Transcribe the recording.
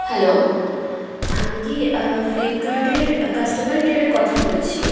hello আমি কি ফ্লিপকার্টের কাস্টমার কেয়ারে কথা বলছি